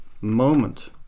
moment